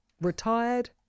retired